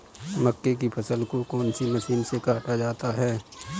मक्के की फसल को कौन सी मशीन से काटा जाता है?